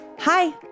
Hi